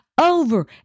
over